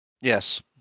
Yes